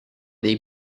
dei